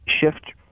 shift